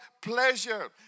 pleasure